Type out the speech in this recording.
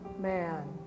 man